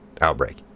outbreak